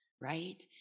right